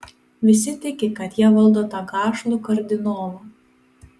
visi tiki kad jie valdo tą gašlų kardinolą